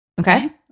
okay